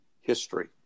history